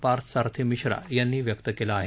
पार्थ सारथी मिश्रा यांनी व्यक्त केला आहे